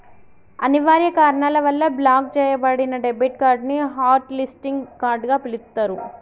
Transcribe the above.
అనివార్య కారణాల వల్ల బ్లాక్ చెయ్యబడిన డెబిట్ కార్డ్ ని హాట్ లిస్టింగ్ కార్డ్ గా పిలుత్తరు